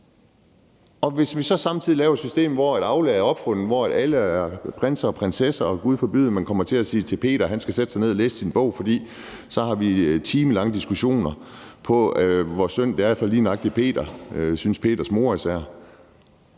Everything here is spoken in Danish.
Hvis vi så samtidig laver et system, hvor Aula er opfundet, og hvor alle er prinser og prinsesser og man, gud forbyde det, kommer til at sige til Peter, at han skal sætte sig ned og læse i sin bog, så har vi timelange diskussioner om, hvor synd det er for lige nøjagtig Peter – det synes Peters mor især.